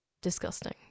disgusting